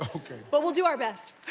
okay. but we'll do our best.